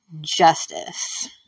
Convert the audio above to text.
Justice